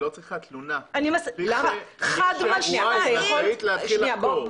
היא לא צריכה תלונה, היא רשאית להתחיל לחקור.